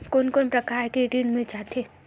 कोन कोन प्रकार के ऋण मिल जाथे?